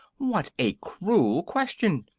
what a cruel question!